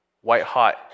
white-hot